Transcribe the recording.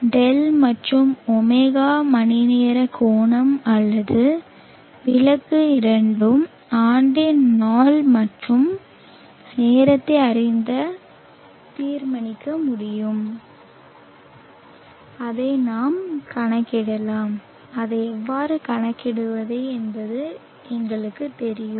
δ மற்றும் ω மணிநேர கோணம் அல்லது விலக்கு இரண்டும் ஆண்டின் நாள் மற்றும் நேரத்தை அறிந்து தீர்மானிக்க முடியும் அதை நாம் கணக்கிடலாம் அதை எவ்வாறு கணக்கிடுவது என்பது எங்களுக்குத் தெரியும்